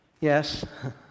Yes